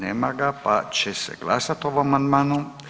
Nema ga pa će se glasati o ovom amandmanu.